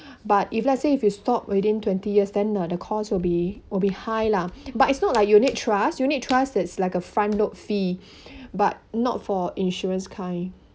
but if let's say if you stopped within twenty years then uh the cost will be will be high lah but it's not like unit trusts unit trust it's like a front load fee but not for insurance kind